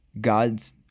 God's